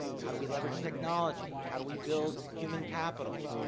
how do we leverage technology? how do we build human capital?